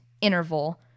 interval